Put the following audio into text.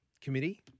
committee